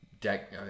deck